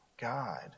God